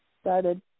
started